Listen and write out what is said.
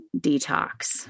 detox